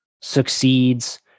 succeeds